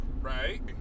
Right